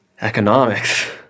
economics